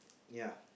ya